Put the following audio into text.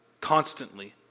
constantly